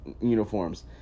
uniforms